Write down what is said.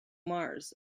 mars